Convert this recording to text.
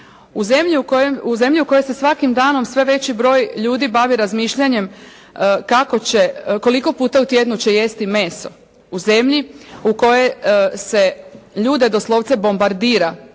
U zemlji u kojoj se svakim danom sve veći broj ljudi bavi razmišljanjem koliko puta u tjednu će jesti meso, u zemlji u kojoj se ljude doslovce bombardira